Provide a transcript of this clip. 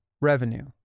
revenue